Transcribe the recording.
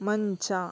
ಮಂಚ